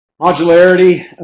Modularity